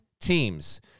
teams